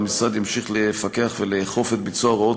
והמשרד ימשיך לפקח ולאכוף את ביצוע ההוראות